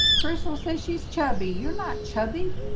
crystal says she's chubby. you're not chubby.